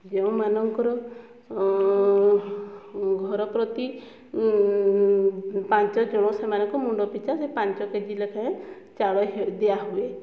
ଯେଉଁମାନଙ୍କର ଘର ପ୍ରତି ପାଞ୍ଚ ଜଣ ସେମାନଙ୍କୁ ମୁଣ୍ଡ ପିଛା ସେ ପାଞ୍ଚ କେଜି ଲେଖାଏଁ ଚାଳ ଦିଆହୁଏ